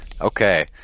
Okay